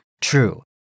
True